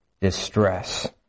distress